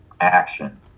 action